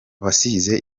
wasize